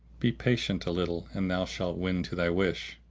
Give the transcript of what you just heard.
be patient a little and thou shalt win to thy wish.